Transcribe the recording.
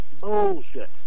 Bullshit